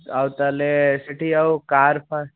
ଆଉ ତା'ହେଲେ ସେଠି ଆଉ କାର୍ ଫାର୍